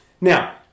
now